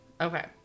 Okay